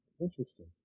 interesting